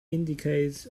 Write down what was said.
indicates